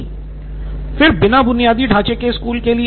सिद्धार्थ मटूरी फिर बिना बुनियादी ढांचे के स्कूल के लिए